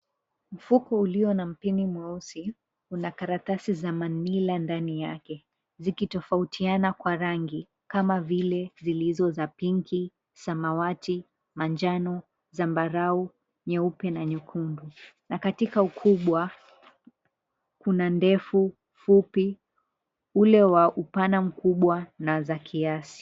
Mfuko ulio na mpini mweusi una karatasi za manila ndani yake zikitofautiana kwa rangi kama zile zilizo za pink , samawati, manjano, zambarau, nyeupe na nyekundu na katika ukubwa kuna ndefu, fupi, ule wa upana mkubwa na za kiasi.